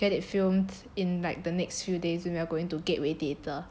get it filmed in like the next few days then we're going to gateway theatre